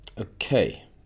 Okay